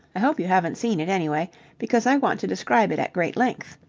i hope you haven't seen it, anyway, because i want to describe it at great length.